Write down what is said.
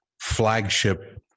flagship